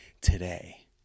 today